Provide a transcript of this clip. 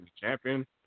champion